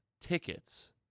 tickets